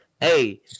hey